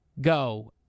go